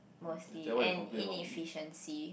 mostly and inefficiency